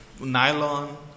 nylon